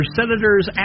senators